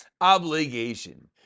obligation